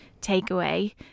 takeaway